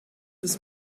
des